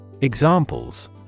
Examples